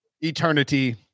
eternity